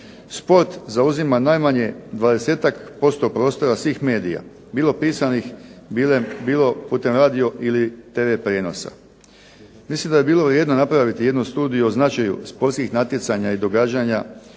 Sport zauzima najmanje 20-ak posto prostora svih medija, bilo pisanih, bilo putem radio ili tv prijenosa. Mislim da bi bilo …/Ne razumije se./… napraviti jednu studiju o značaju sportskih natjecanja i događanja,